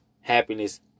happiness